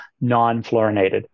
non-fluorinated